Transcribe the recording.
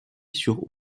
sur